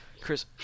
Chris